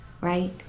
right